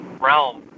realm